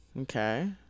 okay